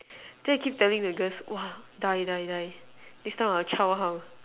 see I keep telling the girls !wah! die die die this kind of child how